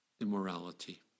immorality